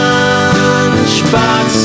Lunchbox